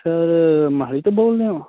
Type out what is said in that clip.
sir Mohali ਤੋਂ ਬੋਲਦੇ ਹੋ